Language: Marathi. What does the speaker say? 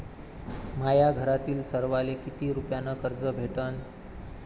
माह्या घरातील सर्वाले किती रुप्यान कर्ज भेटन?